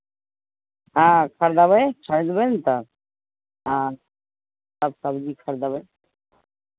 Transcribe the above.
हँ खरिदबै खरिदबै नहि तऽ हँ सभ सबजी खरिदबै